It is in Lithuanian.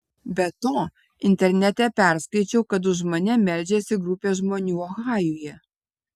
be to internete perskaičiau kad už mane meldžiasi grupė žmonių ohajuje